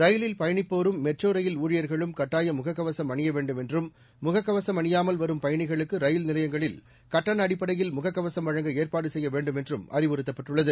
ரயிலில் பயணிப்போரும் metro rail ஊழியர்களும் கட்டாயம் முகக்கவசம் அணிய வேண்டும் என்றும் முகக்கவசம் அணியாமல் வரும் பயணிகளுக்கு ரயில் நிலையங்களில் கட்டண அடிப்படையில் முகக்கவசம் வழங்க ஏற்பாடு செய்ய வேண்டும் என்றும் அறிவுறுத்தப்பட்டுள்ளது